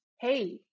hey